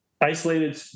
isolated